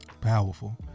powerful